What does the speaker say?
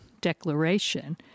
Declaration